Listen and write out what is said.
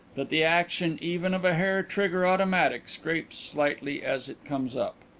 that the action even of a hair-trigger automatic scrapes slightly as it comes up.